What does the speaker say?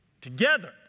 Together